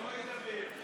שלא ידבר.